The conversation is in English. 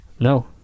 No